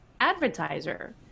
advertiser